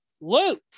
Luke